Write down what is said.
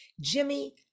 Jimmy